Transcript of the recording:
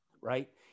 right